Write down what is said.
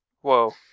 Whoa